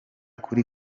kuri